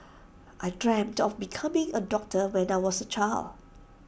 I dreamt of becoming A doctor when I was A child